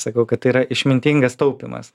sakau kad tai yra išmintingas taupymas